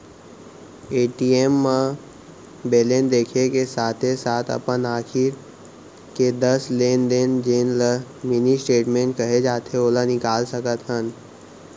ATM म balance देखे के साथे साथ अपन आखरी के दस लेन देन जेन ल मिनी स्टेटमेंट कहे जाथे ओला निकाल सकत हन